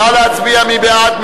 נא להצביע, מי בעד?